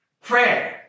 Prayer